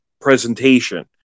presentation